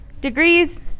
Degrees